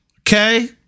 Okay